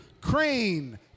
Crane